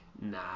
nah